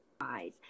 eyes